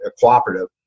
cooperative